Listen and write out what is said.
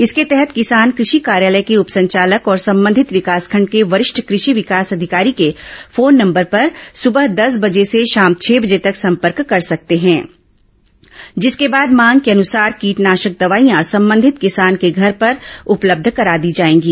इसके तहत किसान कृषि कार्यालय के उप संचालक और संबंधित विकासखंड के वरिष्ठ कृषि विकास अधिकारी के फोन नंबर पर सबह दस बजे से शाम छह बजे तक संपर्क कर सकते हैं जिसके बाद मांगे के अनुसार कीटनाशक दवाइयां संबंधित किसान के घर पर उपलब्ध करा दी जाएंगी